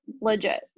legit